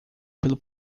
pelo